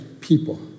people